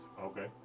Okay